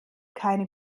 keine